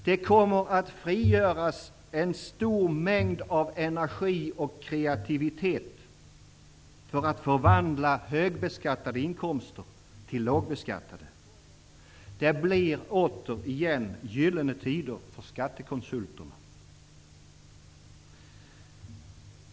Det kommer att frigöras en stor mängd energi och kreativitet för att förvandla högbeskattade inkomster till lågbeskattade. Det blir återigen gyllene tider för skattekonsulterna.